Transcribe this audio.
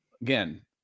again